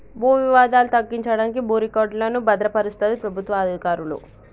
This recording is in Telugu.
భూ వివాదాలు తగ్గించడానికి భూ రికార్డులను భద్రపరుస్తది ప్రభుత్వ అధికారులు